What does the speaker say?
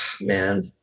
man